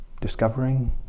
discovering